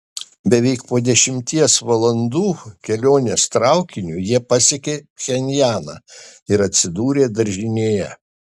beveik po dešimties valandų kelionės traukiniu jie pasiekė pchenjaną ir atsidūrė daržinėje